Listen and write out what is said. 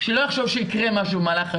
שלא יחשוב שיקרה משהו במהלך היום,